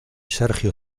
sergio